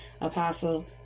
apostle